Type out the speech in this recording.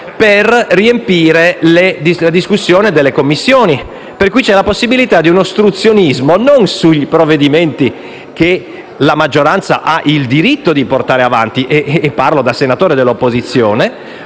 per riempire la discussione delle Commissioni. Esiste quindi la possibilità di un ostruzionismo non sui provvedimenti che la maggioranza ha il diritto di portare avanti - e parlo da senatore dell'opposizione